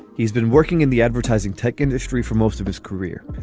he's been working in the advertising tech industry for most of his career.